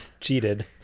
Cheated